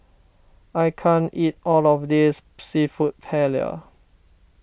I can't eat all of this Seafood Paella